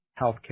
healthcare